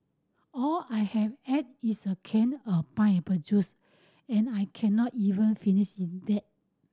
all I have had is a can of pineapple juice and I can not even finish that